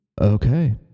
Okay